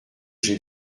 j’ai